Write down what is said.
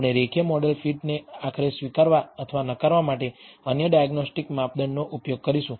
આપણે રેખીય મોડેલ ફિટને આખરે સ્વીકારવા અથવા નકારવા માટે અન્ય ડાયગ્નોસ્ટિક માપદંડનો ઉપયોગ કરીશું